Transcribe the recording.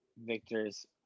Victor's